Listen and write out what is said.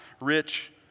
rich